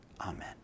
amen